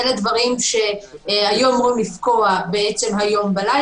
אלה דברים שהיו אמורים לפקוע הלילה,